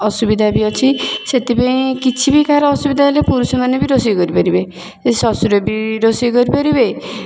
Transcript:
ଅସୁବିଧା ବି ଅଛି ସେଥିପାଇଁ କିଛି ବି କାହାର ଅସୁବିଧା ହେଲେ ପୁରୁଷମାନେ ବି ରୋଷେଇ କରିପାରିବେ ସେ ଶଶୁର ବି ରୋଷେଇ କରି ପାରିବେ